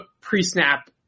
pre-snap